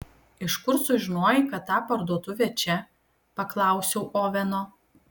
iš kur sužinojai kad ta parduotuvė čia paklausiau oveno